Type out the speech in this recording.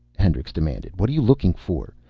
hendricks demanded. what are you looking for?